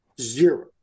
Zero